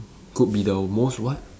could be the most what